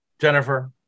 Jennifer